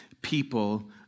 people